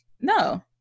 no